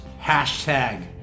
Hashtag